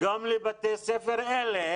גם לבתי ספר אלה?